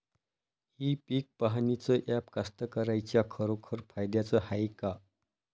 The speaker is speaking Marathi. इ पीक पहानीचं ॲप कास्तकाराइच्या खरोखर फायद्याचं हाये का?